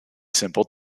simple